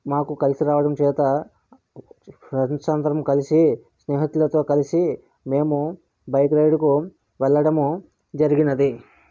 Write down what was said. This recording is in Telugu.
మాకు కలిసి రావడం చేత ఫ్రెండ్స్ అందరము కలిసి స్నేహితులతో కలిసి మేము బైక్ రైడ్కు వెళ్ళడము జరిగింది